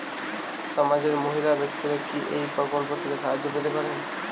সমাজের মহিলা ব্যাক্তিরা কি এই প্রকল্প থেকে সাহায্য পেতে পারেন?